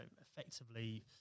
effectively